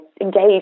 engage